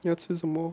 要吃什么